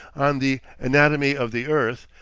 on the anatomy of the earth,